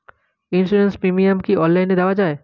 Insurance premium কি online দেওয়া যায়?